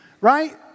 Right